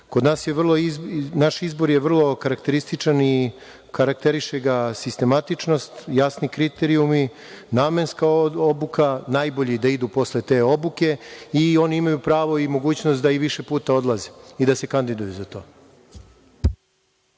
da idu. Naš izbor je vrlo karakterističan i karakteriše ga sistematičnost, jasni kriterijumi, namenska obuka, najbolji da idu posle te obuke i oni imaju pravo i mogućnost da i više puta odlaze i da se kandiduju za to.